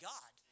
God